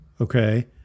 Okay